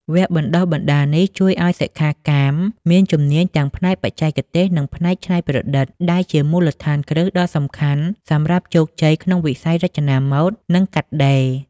វគ្គបណ្តុះបណ្តាលនេះជួយឱ្យសិក្ខាកាមមានជំនាញទាំងផ្នែកបច្ចេកទេស និងផ្នែកច្នៃប្រឌិត ដែលជាមូលដ្ឋានគ្រឹះដ៏សំខាន់សម្រាប់ជោគជ័យក្នុងវិស័យរចនាម៉ូដ និងកាត់ដេរ។